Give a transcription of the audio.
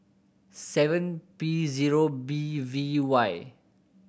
seven P zero B V Y